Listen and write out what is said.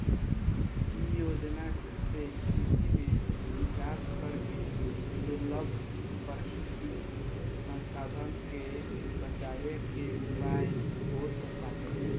इ योजना से कृषि में विकास करके दुर्लभ प्राकृतिक संसाधन के बचावे के उयाय होत बाटे